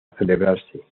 celebrarse